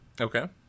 Okay